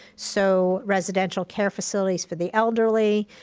so residential care facilities for the elderly,